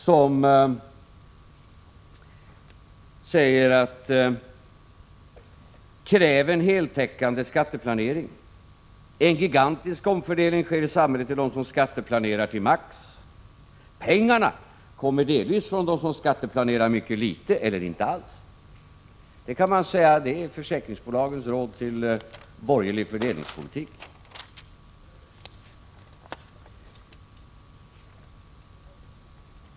Han skriver: ”Kräv en heltäckande skatteplanering En gigantisk omfördelning sker i samhället till de som skatteplanerar till max. Pengarna kommer delvis från de som skatteplanerar mycket lite eller inte — Prot. 1986/87:48 alls.” 12 december 1986 Det skulle man kunna kalla försäkringsbolagens råd till företrädarna fören SO Lo borgerlig fördelningspolitik.